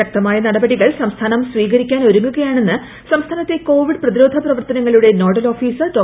ശക്തമായ നടപടികൾ സംസ്ഥാനം സ്പീകരിക്കാൻ ഒരുങ്ങുകയാണെന്ന് സംസ്ഥാനത്തെ കോവിഡ് പ്രിതിരോധ പ്രവർത്തനങ്ങളുടെ നോഡൽ ഓഫീസർ ഡോ